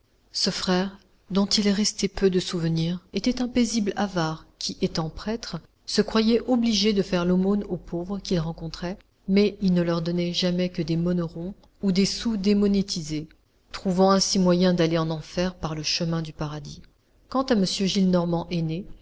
ce frère dont il est resté peu de souvenir était un paisible avare qui étant prêtre se croyait obligé de faire l'aumône aux pauvres qu'il rencontrait mais il ne leur donnait jamais que des monnerons ou des sous démonétisés trouvant ainsi moyen d'aller en enfer par le chemin du paradis quant à m gillenormand aîné